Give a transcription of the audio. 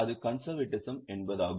அது கன்செர்வேட்டிசம் என்பதாகும்